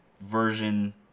version